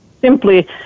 simply